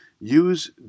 Use